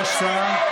יש שר.